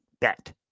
bet